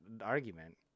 argument